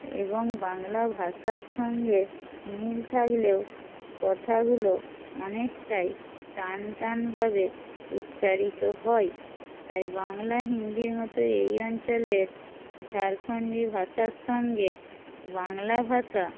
এবং বাংলা ভাষার সঙ্গে মিল থাকলেও কথাগুলো অনেকটাই টানটান ভাবে উচ্চারিত হয় তাই বাংলা হিন্দির মতো এই অঞ্চলের ঝাড়খণ্ডী ভাষার সঙ্গে বাংলা ভাষা